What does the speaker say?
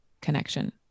connection